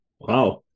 Wow